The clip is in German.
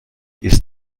ist